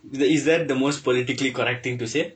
is that the most politically correct thing to say